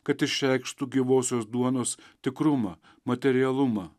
kad išreikštų gyvosios duonos tikrumą materialumą